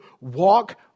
walk